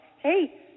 Hey